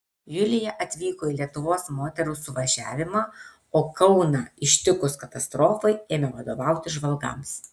julija atvyko į lietuvos moterų suvažiavimą o kauną ištikus katastrofai ėmė vadovauti žvalgams